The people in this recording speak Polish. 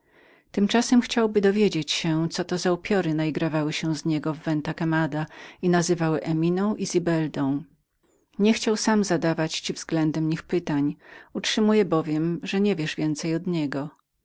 tymczasem chciałby dowiedzieć się co to były za upiory które naigrawały się z niego w venta quemadaventa quemada i nazywały eminą i zibeldą nie chciał sam zadawać ci względem nich pytań utrzymuje bowiem że nie wiesz więcej od niego